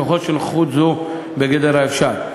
ככל שנוכחות זו היא בגדר האפשר.